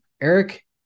Eric